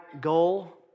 goal